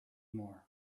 more